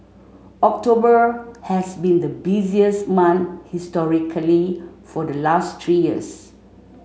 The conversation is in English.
October has been the busiest month historically for the last three years